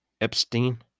Epstein